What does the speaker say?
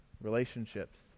relationships